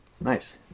Nice